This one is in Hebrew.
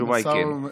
התשובה היא כן.